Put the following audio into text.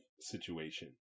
situation